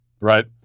right